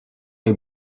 est